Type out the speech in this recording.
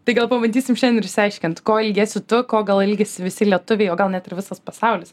tai gal pabandysim šiandien ir išsiaiškint ko ilgiesi tu ko gal ilgisi visi lietuviai o gal net ir visas pasaulis